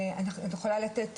אני יכולה לתת